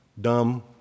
Dumb